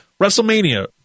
WrestleMania